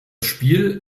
spiel